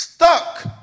Stuck